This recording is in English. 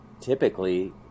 typically